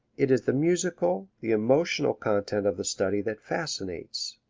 it is the musical, the emotional content of the study that fascinates.